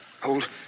Hold